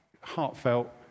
heartfelt